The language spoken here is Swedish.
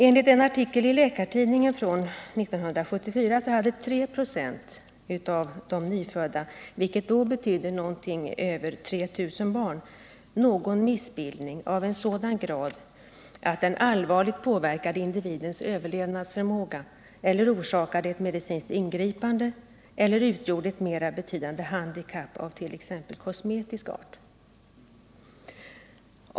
Enligt en artikel i Läkartidningen från 1974 hade 3 96 av de nyfödda, vilket då betydde något över 3 000 barn, någon missbildning av sådan grad att den allvarligt påverkade individens överlevnadsförmåga eller orsakade ett medicinskt ingripande eller utgjorde ett mera betydande handikapp av t.ex. kosmetisk art.